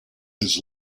his